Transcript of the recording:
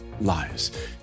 lives